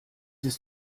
ist